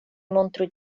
montru